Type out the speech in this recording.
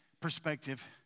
perspective